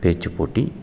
பேச்சுப் போட்டி